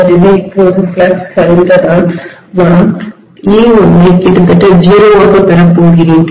எனவே இப்போது ஃப்ளக்ஸ் சரிந்தால் நான் e1ஐ கிட்டத்தட்ட 0 ஆக பெறப்போகிறேன்